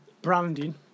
Branding